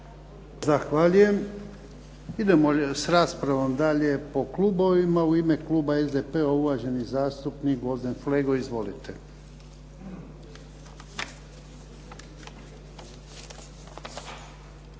Zahvaljujem. Idemo s raspravo dalje po klubovima. U ime kluba SDP-a uvaženi zastupnik Gvozden Flego. Izvolite.